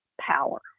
power